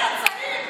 מתי העברי שלו.